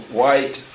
white